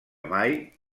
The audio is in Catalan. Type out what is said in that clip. mai